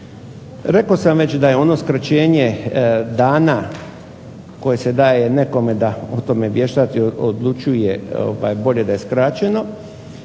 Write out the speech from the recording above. Rekao sam već da je ono skraćenje dana koje se daje nekome da o tome vjaštači, odlučuje bolje da je skraćeno.